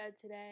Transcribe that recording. today